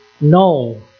No